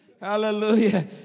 Hallelujah